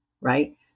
right